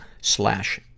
slash